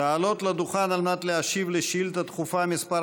לעלות לדוכן על מנת להשיב לשאילתה דחופה מס'